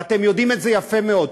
ואתם יודעים את זה יפה מאוד.